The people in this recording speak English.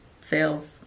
sales